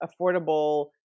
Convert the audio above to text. affordable